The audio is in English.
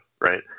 right